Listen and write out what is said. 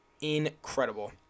Incredible